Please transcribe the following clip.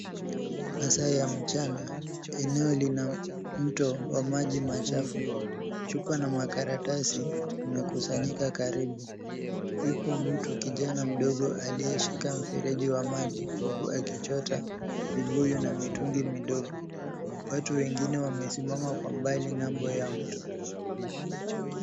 Masaa ya mchana. Eneo lina mto wa maji machafu, chupa na makaratasi yamekusanyika karibu. Yupo mtu kijana mdogo aliye shika mfereji wa maji huku akichota vibuyu na mitungi midogo. Watu wengine wamesimama kwa mbali ng'ambo ya mto.